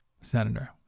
Senator